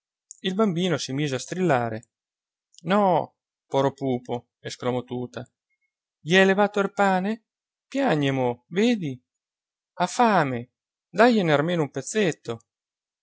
il bambino si mise a strillare no pro pupo esclamò tuta j'hai levato er pane piagne mo vedi ha fame dàjene armeno un pezzetto